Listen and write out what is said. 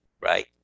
right